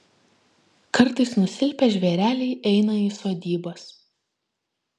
kartais nusilpę žvėreliai eina į sodybas